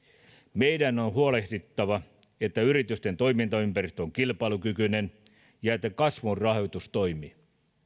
meidän on huolehdittava että yritysten toimintaympäristö on kilpailukykyinen ja että kasvun rahoitus toimii